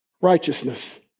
righteousness